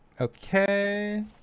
okay